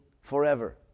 forever